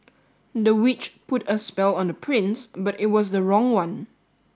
the witch put a spell on the prince but it was the wrong one